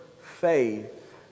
faith